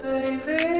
Baby